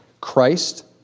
Christ